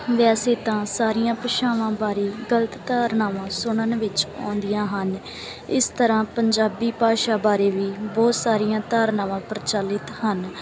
ਵੈਸੇ ਤਾਂ ਸਾਰੀਆਂ ਭਾਸ਼ਾਵਾਂ ਬਾਰੇ ਗਲਤ ਧਾਰਨਾਵਾਂ ਸੁਣਨ ਵਿੱਚ ਆਉਂਦੀਆਂ ਹਨ ਇਸ ਤਰ੍ਹਾਂ ਪੰਜਾਬੀ ਭਾਸ਼ਾ ਬਾਰੇ ਵੀ ਬਹੁਤ ਸਾਰੀਆਂ ਧਾਰਨਾਵਾਂ ਪ੍ਰਚਲਿਤ ਹਨ